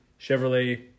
Chevrolet